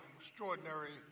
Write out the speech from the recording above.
extraordinary